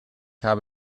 habe